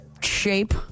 shape